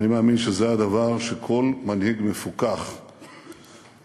אני מאמין שזה הדבר שכל מנהיג מפוכח יעשה,